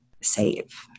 save